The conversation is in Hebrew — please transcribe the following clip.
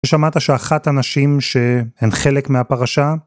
ששמעת שאחת הנשים שהן חלק מהפרשה...